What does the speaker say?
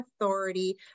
authority